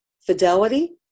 fidelity